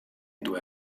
due